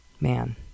man